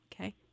Okay